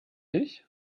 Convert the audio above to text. ich